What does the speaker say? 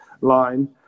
line